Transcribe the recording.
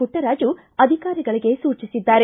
ಮಟ್ಷರಾಜು ಅಧಿಕಾರಿಗಳಿಗೆ ಸೂಚಿಸಿದ್ದಾರೆ